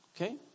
Okay